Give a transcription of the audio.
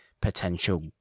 potential